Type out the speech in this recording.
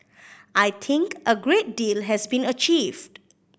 I think a great deal has been achieved